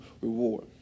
reward